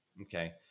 Okay